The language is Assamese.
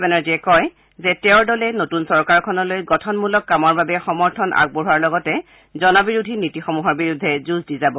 তেওঁ কয় যে তেওঁৰ দলে নতুন চৰকাৰখনলৈ গঠনমূলক কামৰ বাবে সমৰ্থন আগবঢ়োৱাৰ লগতে জন বিৰোধী নীতিসমূহৰ বিৰুদ্ধে যুঁজ দি যাব